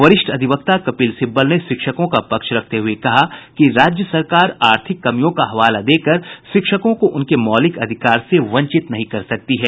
वरिष्ठ अधिवक्ता कपिल सिब्बल ने शिक्षकों का पक्ष रखते हुये कहा कि राज्य सरकार आर्थिक कमियों का हवाला देकर शिक्षकों को उनके मौलिक अधिकार से वंचित नहीं कर सकती है